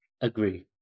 agree